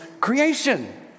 creation